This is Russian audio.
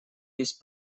есть